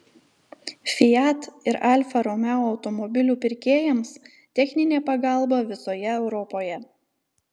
fiat ir alfa romeo automobilių pirkėjams techninė pagalba visoje europoje